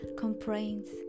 complaints